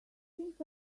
think